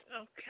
Okay